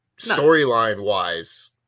storyline-wise